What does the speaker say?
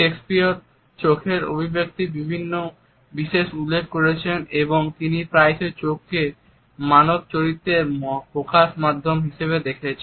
Shakespeare চোখের অভিব্যক্তির বিশেষ উল্লেখ করেছেন এবং তিনি প্রায়শই চোখ কে মানব চরিত্রের প্রকাশ মাধ্যম হিসাবে দেখেছেন